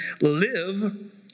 live